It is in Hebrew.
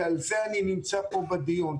ועל זה אני נמצא פה בדיון.